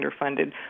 underfunded